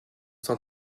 cent